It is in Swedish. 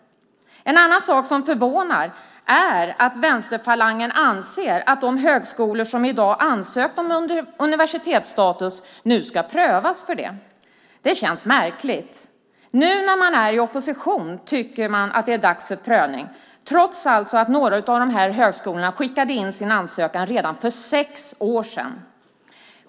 En annan sak som förvånar är att vänsterfalangen anser att de högskolor som i dag ansökt om universitetsstatus nu ska prövas för det. Det känns märkligt. Nu när man är i opposition tycker man att det är dags för prövning, trots att några av högskolorna skickade in sin ansökan redan för sex år sedan.